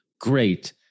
great